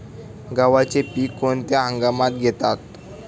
गव्हाचे पीक कोणत्या हंगामात घेतात?